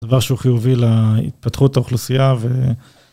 זה דבר שהוא חיובי להתפתחות האוכלוסייה ו...